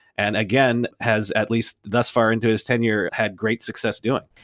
and again, has at least thus far into his tenure had great success doing.